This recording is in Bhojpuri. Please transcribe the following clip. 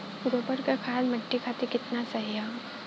गोबर क खाद्य मट्टी खातिन कितना सही ह?